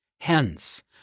Hence